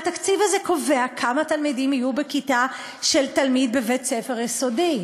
התקציב הזה קובע כמה תלמידים יהיו בכיתה בבית-ספר יסודי,